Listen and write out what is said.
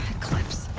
eclipse!